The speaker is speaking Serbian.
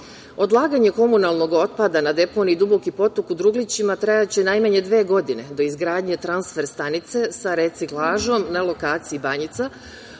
maja. Odlaganje komunalnog otpada na deponiji Duboki potok u Druglićima trajaće najmanje dve godine, do izgradnje transfer stanice sa reciklažom na lokaciji Banjica